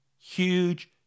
huge